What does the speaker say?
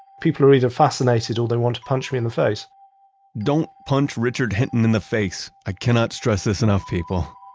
people are either fascinated or they want to punch me in the face don't punch richard hinton in the face. i cannot stress this enough people.